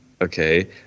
okay